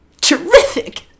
Terrific